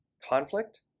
Conflict